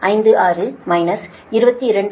56 22